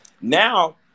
Now